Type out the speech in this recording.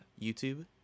YouTube